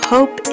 Hope